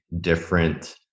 different